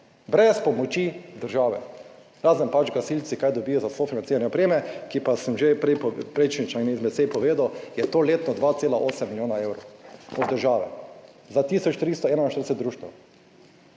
brez pomoči države, razen pač gasilci, kaj dobijo za sofinanciranje opreme, ki pa sem že prej na eni izmed sej povedal, je to letno 2,8 milijona evrov od države za 1341 društev.